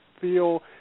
feel